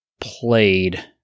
played